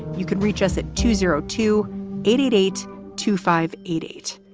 you can reach us at two zero two eight eight eight two five eight eight.